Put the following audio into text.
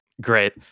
Great